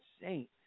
insane